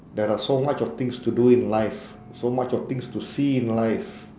there are so much of things to do in life so much of things to see in life